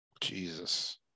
Jesus